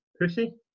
Pussy